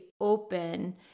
open